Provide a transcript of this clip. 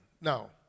Now